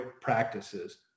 practices